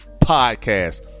podcast